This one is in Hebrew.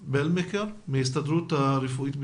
טיפות החלב של מכבי ומה קורה במכבי.